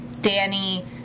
Danny